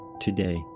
today